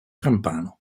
campano